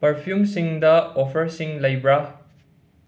ꯄꯔꯐ꯭ꯌꯨꯝꯁꯤꯡꯗ ꯑꯣꯐꯔꯁꯤꯡ ꯂꯩꯕꯔ